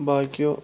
باقیو